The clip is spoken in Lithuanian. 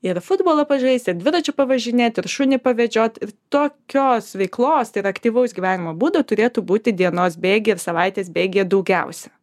ir futbolą pažaisti ir dviračiu pavažinėti ir šunį pavedžiot ir tokios veiklos ir aktyvaus gyvenimo būdo turėtų būti dienos bėgy ir savaitės bėgyje daugiausia